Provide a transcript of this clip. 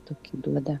tokį duoda